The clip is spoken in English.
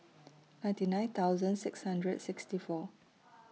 ninety nine thousand six hundred sixty four